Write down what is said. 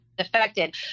affected